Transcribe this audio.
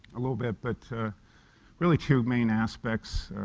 a little bit, but really two main aspects.